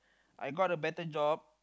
I got a better job